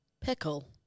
Pickle